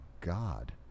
God